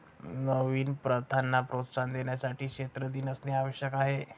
नवीन प्रथांना प्रोत्साहन देण्यासाठी क्षेत्र दिन असणे आवश्यक आहे